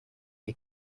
die